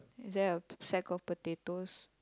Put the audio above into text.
is there a sack of potatoes